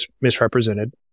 misrepresented